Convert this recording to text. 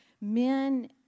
men